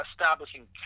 establishing